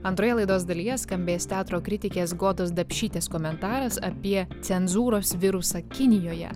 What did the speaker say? antroje laidos dalyje skambės teatro kritikės godos dapšytės komentaras apie cenzūros virusą kinijoje